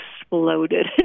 exploded